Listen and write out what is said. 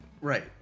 Right